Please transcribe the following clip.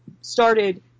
started